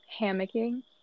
hammocking